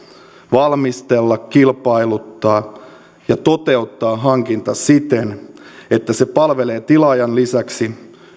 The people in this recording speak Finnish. valmistella kilpailuttaa ja toteuttaa hankinta siten että se palvelee tilaajan lisäksi